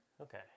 Okay